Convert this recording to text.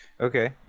Okay